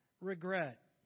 regret